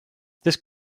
this